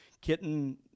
kitten